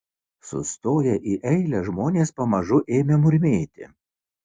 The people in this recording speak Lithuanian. sustoję į eilę žmonės pamažu ėmė murmėti